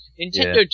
Nintendo